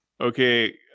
okay